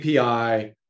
API